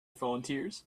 volunteers